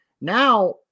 Now